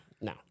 no